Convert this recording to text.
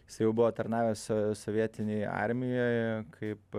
jisai jau buvo tarnavęs sovietinėj armijoj kaip